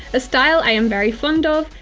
a style i am very fond of,